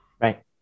Right